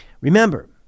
Remember